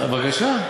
בבקשה.